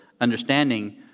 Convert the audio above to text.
understanding